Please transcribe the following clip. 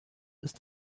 ist